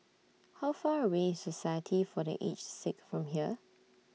How Far away IS Society For The Aged Sick from here